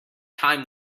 time